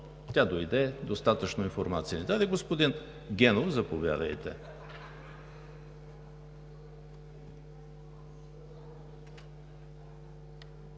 ни даде достатъчно информация. Господин Генов, заповядайте.